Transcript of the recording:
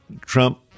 Trump